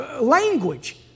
language